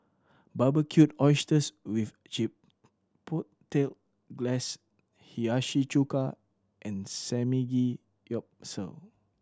Barbecued Oysters with Chipotle Glaze Hiyashi Chuka and Samgeyopsal